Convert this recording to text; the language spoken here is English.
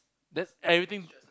that's everything